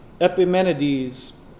Epimenides